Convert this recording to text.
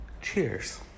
cheers